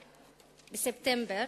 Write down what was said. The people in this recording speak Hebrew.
בספטמבר,